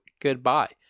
Goodbye